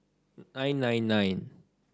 nine nine nine